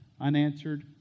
unanswered